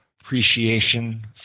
appreciation